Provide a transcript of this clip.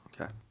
Okay